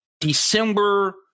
December